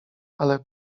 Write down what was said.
ale